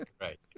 right